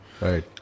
right